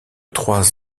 trois